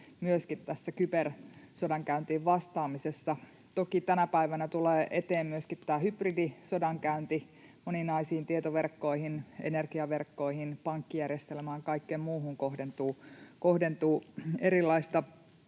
tässä kybersodankäyntiin vastaamisessa. Toki tänä päivänä tulee eteen myöskin tämä hybridisodankäynti. Moninaisiin tietoverkkoihin, energiaverkkoihin, pankkijärjestelmään ja kaikkeen muuhun kohdentuu erilaista